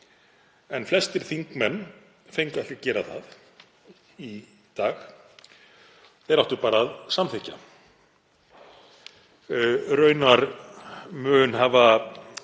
en flestir þingmenn fengu ekki að gera það í dag. Þeir áttu bara að samþykkja. Raunar mun